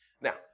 Now